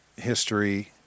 history